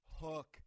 hook